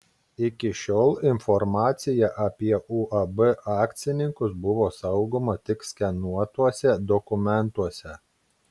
iki šiol informacija apie uab akcininkus buvo saugoma tik skenuotuose dokumentuose